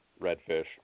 Redfish